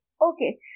Okay